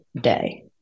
day